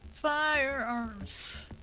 Firearms